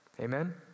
Amen